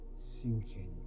sinking